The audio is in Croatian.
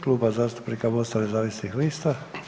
Kluba zastupnika MOST-a nezavisnih lista.